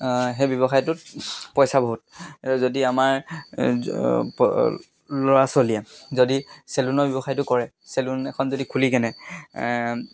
সেই ব্যৱসায়টোত পইচা বহুত যদি আমাৰ ল'ৰা ছোৱালীয়ে যদি চেলুনৰ ব্যৱসায়টো কৰে চেলুন এখন যদি খুলি কেনে